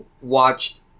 watched